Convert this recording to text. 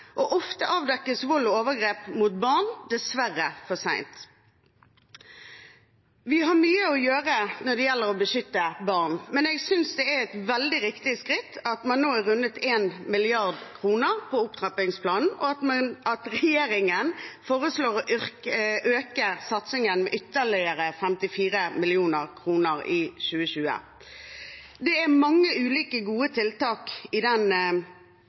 og ofte avdekkes vold og overgrep mot barn dessverre for sent. Vi har mye å gjøre når det gjelder å beskytte barn, men jeg synes det er et veldig riktig skritt at man nå har rundet 1 mrd. kr på opptrappingsplanen, og at regjeringen foreslår å øke satsingen med ytterligere 54 mill. kr i 2020. Det er mange ulike gode tiltak i den